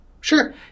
Sure